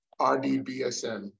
RDBSM